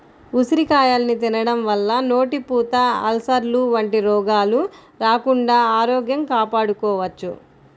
ఉసిరికాయల్ని తినడం వల్ల నోటిపూత, అల్సర్లు వంటి రోగాలు రాకుండా ఆరోగ్యం కాపాడుకోవచ్చు